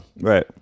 right